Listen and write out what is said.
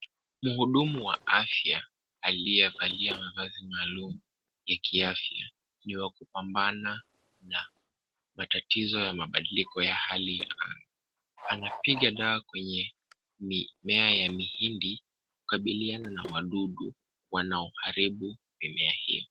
Mhudumu wa afya aliyevalia mavazi maalum ya kiafya ni wa kupambana na matatizo ya mabadiliko ya hali ya anga. Anapiga kwenye mimea ya miindi kukabiliana na wadudu wanaoharibu mimea hiyo.